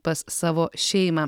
pas savo šeimą